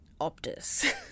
Optus